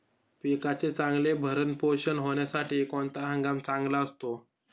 पिकाचे चांगले भरण पोषण होण्यासाठी कोणता हंगाम चांगला असतो?